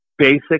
basic